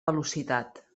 velocitat